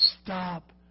stop